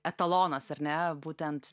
etalonas ar ne būtent